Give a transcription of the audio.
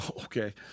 Okay